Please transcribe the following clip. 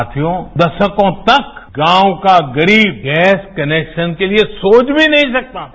साथियो दशकों तक गांव का गरीब गैस कनेक्शसन के लिए सोच भी नहीं सकता था